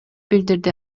билдирди